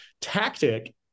tactic